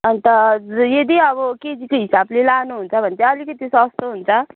अन्त यदि अब केजीको हिसाबले लानुहुन्छ भने चाहिँ अलिकति सस्तो हुन्छ